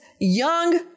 young